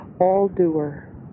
all-doer